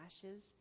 ashes